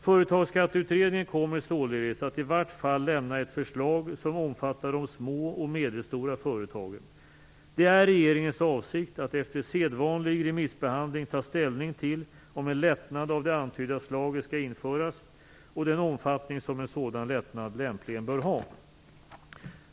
Företagsskatteutredningen kommer således att i vart fall lämna ett förslag som omfattar de små och medelstora företagen. Det är regeringens avsikt att efter sedvanlig remissbehandling ta ställning till om en lättnad av det antydda slaget skall införas och den omfattning som en sådan lättnad lämpligen bör ha.